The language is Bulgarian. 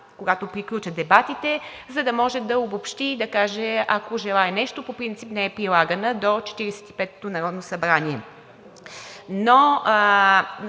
когато приключат дебатите, за да може да обобщи и да каже, ако желае, нещо. По принцип не е прилагана до Четиридесет